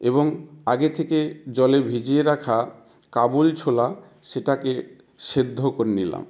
এবং আগে থেকে জলে ভিজিয়ে রাখা কাবুলি ছোলা সেটাকে সেদ্ধ করে নিলাম